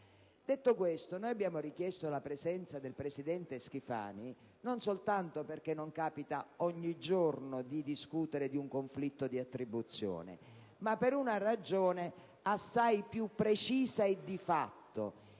Detto questo, abbiamo richiesto la presenza del presidente Schifani, non soltanto perché non capita ogni giorno di discutere in merito ad un conflitto di attribuzione, ma anche per una ragione assai più precisa e di fatto.